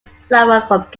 suffered